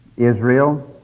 israel,